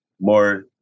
more